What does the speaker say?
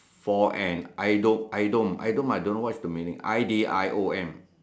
for an idiom idiom idiom I don't know what's the meaning I D I O